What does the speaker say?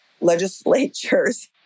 legislatures